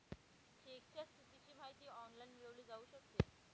चेकच्या स्थितीची माहिती ऑनलाइन मिळवली जाऊ शकते